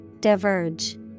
Diverge